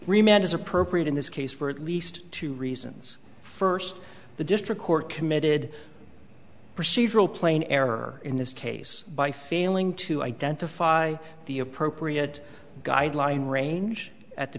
remained as appropriate in this case for at least two reasons first the district court committed procedural plain error in this case by failing to identify the appropriate guideline range at the